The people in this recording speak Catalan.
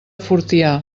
fortià